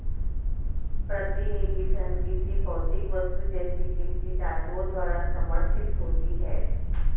प्रतिनिधि धन किसी भौतिक वस्तु जैसे कीमती धातुओं द्वारा समर्थित होती है